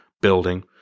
building